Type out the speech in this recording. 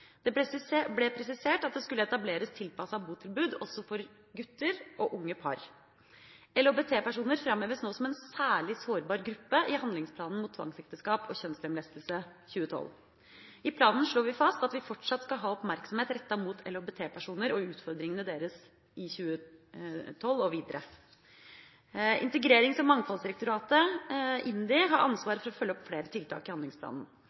tvangsgifte. Det ble presisert at det skulle etableres tilpassede botilbud også for gutter og unge par. LHBT-personer framheves nå som en særlig sårbar gruppe i handlingsplanen mot tvangsekteskap og kjønnslemlestelse – 2012. I planen slår vi fast at vi fortsatt skal ha oppmerksomhet rettet mot LHBT-personer og utfordringene deres i 2012 og videre. Integrerings- og mangfoldsdirektoratet, IMDi, har ansvar for å følge opp flere tiltak i handlingsplanen.